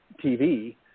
TV